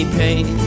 pain